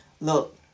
look